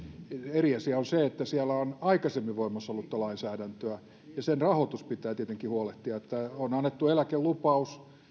eri asia on se että siellä on aikaisemmin voimassa ollutta lainsäädäntöä ja sen rahoitus pitää tietenkin huolehtia on annettu eläkelupaus